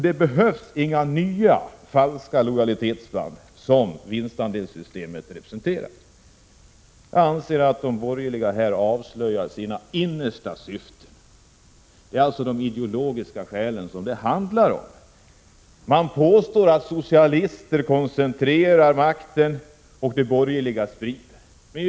Det behövs inga nya falska lojalitetsband av den typ som vinstandelssystemet representerar. Jag anser att de borgerliga här avslöjar sina innersta syften. Det är de ideologiska skälen det handlar om. Man påstår att socialister koncentrerar makten och att de borgerliga sprider den.